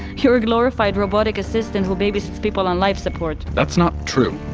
you're a glorified robotic assistant who babysits people on life support that's not true!